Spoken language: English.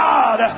God